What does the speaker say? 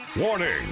Warning